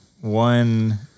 one